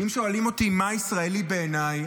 ואם שואלים אותי מה ישראלי בעיניי,